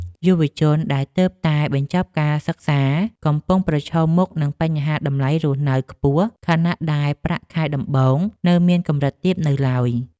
យុវជនដែលទើបតែបញ្ចប់ការសិក្សាកំពុងប្រឈមមុខនឹងបញ្ហាតម្លៃរស់នៅខ្ពស់ខណៈដែលប្រាក់ខែដំបូងនៅមានកម្រិតទាបនៅឡើយ។